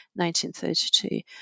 1932